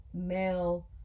male